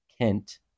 Kent